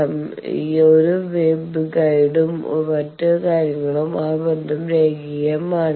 സമയം കാണുക 1022 ഒരു വെബ് ഗൈഡിലും മറ്റ് കാര്യങ്ങളിലും ആ ബന്ധം രേഖീയമാണ്